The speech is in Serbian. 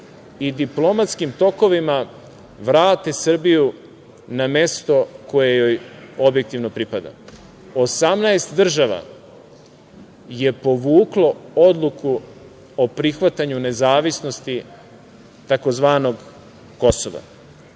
i diplomatskim tokovima vrati Srbiju na mesto koje joj objektivno pripada. Osamnaest država je povuklo odluku o prihvatanju nezavisnosti tzv. Kosova. Danas